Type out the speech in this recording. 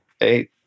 eight